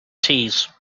tees